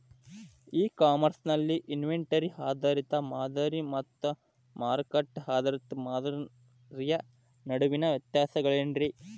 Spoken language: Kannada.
ಇ ಕಾಮರ್ಸ್ ನಲ್ಲಿ ಇನ್ವೆಂಟರಿ ಆಧಾರಿತ ಮಾದರಿ ಮತ್ತ ಮಾರುಕಟ್ಟೆ ಆಧಾರಿತ ಮಾದರಿಯ ನಡುವಿನ ವ್ಯತ್ಯಾಸಗಳೇನ ರೇ?